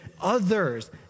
others